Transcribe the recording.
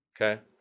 okay